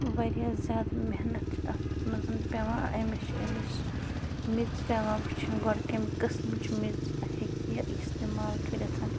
واریاہ زیادٕ محنت چھِ اَتھ منٛز پٮ۪وان أمِس چھِ أمِس میٚژ پٮ۪وان وُچھِنۍ گۄڈٕ کَمہِ قٕسمٕچ میٚژ ہیٚکہِ یہِ اِستعمال کٔرِتھ